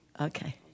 Okay